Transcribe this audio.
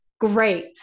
Great